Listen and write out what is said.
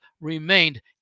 remained